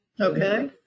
okay